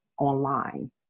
online